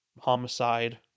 homicide